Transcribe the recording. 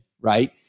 right